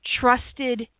trusted